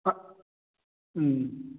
ꯎꯝ